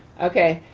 okay.